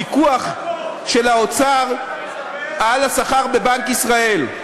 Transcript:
פיקוח של האוצר על השכר בבנק ישראל.